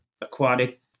aquatic